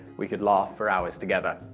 we could laugh for hours together,